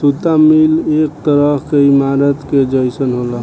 सुता मिल एक तरह के ईमारत के जइसन होला